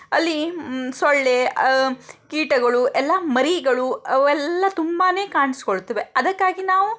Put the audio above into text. ಅಲ್ಲಿ ಸೊಳ್ಳೆ ಕೀಟಗಳು ಎಲ್ಲ ಮರಿಗಳು ಅವೆಲ್ಲ ತುಂಬಾ ಕಾಣಿಸ್ಕೊಳ್ತ್ವೆ ಅದಕ್ಕಾಗಿ ನಾವು